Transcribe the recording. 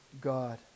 God